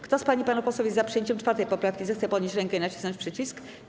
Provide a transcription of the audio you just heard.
Kto z pań i panów posłów jest za przyjęciem 4. poprawki, zechce podnieść rękę i nacisnąć przycisk.